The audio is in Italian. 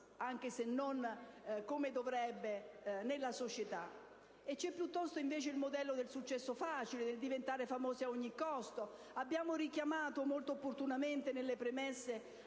anche se non come dovrebbe, nella società. C'è piuttosto invece il modello del successo facile, del diventare famosi ad ogni costo. Abbiamo richiamato molto opportunamente nelle premesse